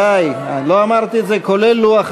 סעיפים 17 37 נתקבלו.